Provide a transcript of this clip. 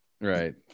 Right